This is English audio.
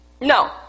No